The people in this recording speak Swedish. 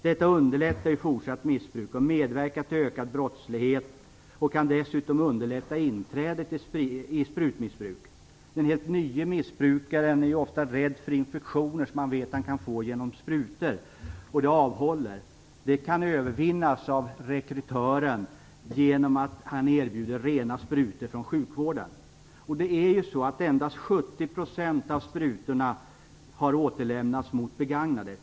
Detta underlättar ju fortsatt missbruk och medverkar till ökad brottslighet och kan dessutom underlätta inträdet i sprutmissbruk. Den helt nye missbrukaren är ofta rädd för infektioner som han vet att han kan få genom sprutor, och det avhåller honom. Den rädslan kan övervinnas genom att rekrytören erbjuder rena sprutor från sjukvården. Endast 70 % av sprutorna har utlämnats mot återlämnande av begagnade.